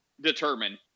determine